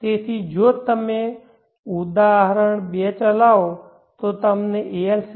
તેથી જો તમે ઉદાહરણ 2 ચલાવો તો તમને ALCC